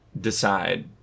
decide